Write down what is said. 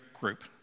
group